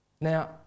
Now